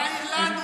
אין לי בעיה עם זה,